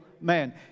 man